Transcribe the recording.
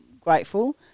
grateful